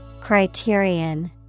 Criterion